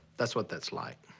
that's what that's like.